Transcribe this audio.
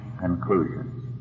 conclusions